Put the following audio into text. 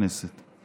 הכנסת.